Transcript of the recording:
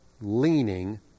leaning